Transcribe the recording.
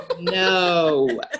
No